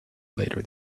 later